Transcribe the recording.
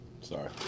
Sorry